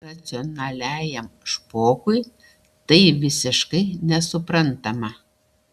racionaliajam špokui tai visiškai nesuprantama